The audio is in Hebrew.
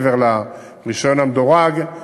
מעבר לרישיון המדורג: